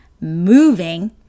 moving